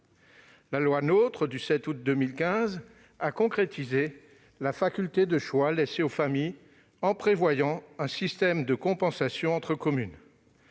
La loi NOTRe du 7 août 2015 a concrétisé la faculté de choix laissé aux familles, en prévoyant un système de compensation entre communes